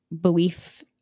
belief